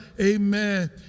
Amen